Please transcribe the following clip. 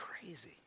crazy